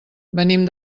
venim